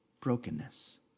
brokenness